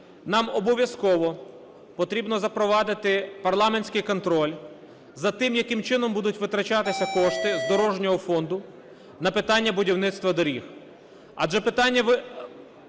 нам обов'язково потрібно запровадити парламентський контроль за тим, яким чином будуть витрачатися кошти з дорожнього фонду на питання будівництва доріг,